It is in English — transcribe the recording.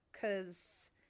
Cause